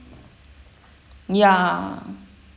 ya